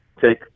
take